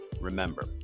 remember